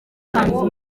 kanzu